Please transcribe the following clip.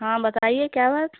ہاں بتائیے کیا بات